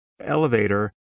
elevator